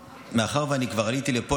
מאחר שאני כבר עליתי לפה,